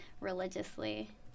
religiously